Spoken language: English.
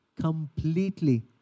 completely